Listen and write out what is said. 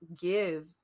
give